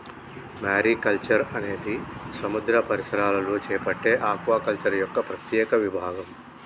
mariculture అనేది సముద్ర పరిసరాలలో చేపట్టే ఆక్వాకల్చర్ యొక్క ప్రత్యేక విభాగం